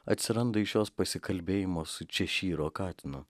atsiranda iš jos pasikalbėjimo su češyro katinu